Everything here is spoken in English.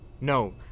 No